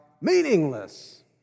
meaningless